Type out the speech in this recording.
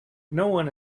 noone